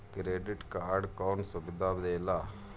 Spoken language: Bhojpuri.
क्रेडिट कार्ड कौन सुबिधा देला?